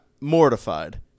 mortified